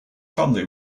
family